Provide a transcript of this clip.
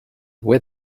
wear